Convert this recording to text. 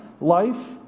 life